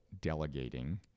delegating